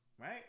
Right